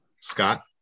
Scott